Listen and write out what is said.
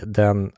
den